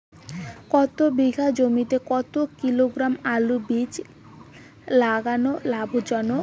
এক বিঘা জমিতে কতো কিলোগ্রাম আলুর বীজ লাগা লাভজনক?